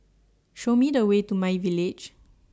Show Me The Way to MyVillage